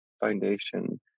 foundation